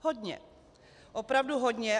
Hodně, opravdu hodně.